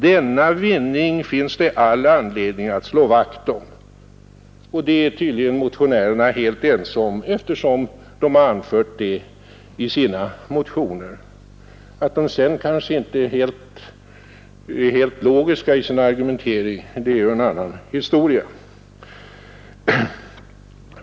Denna vinning finns det all anledning att slå vakt om.” Motionärerna är tydligen helt ense om detta, eftersom det anförts i deras motioner. Att de sedan kanske inte är helt logiska i sin argumentering är en annan historia.